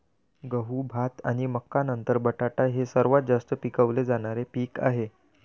गहू, भात आणि मका नंतर बटाटा हे सर्वात जास्त पिकवले जाणारे पीक आहे